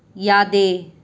ꯌꯥꯗꯦ